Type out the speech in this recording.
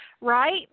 Right